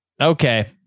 Okay